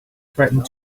threatened